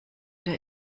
der